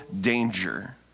danger